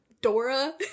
Dora